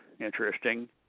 interesting